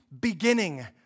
beginning